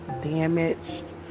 Damaged